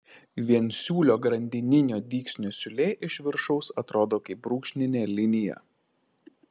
viensiūlio grandininio dygsnio siūlė iš viršaus atrodo kaip brūkšninė linija